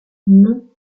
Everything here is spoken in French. non